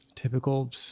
Typical